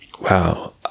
wow